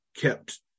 kept